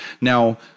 Now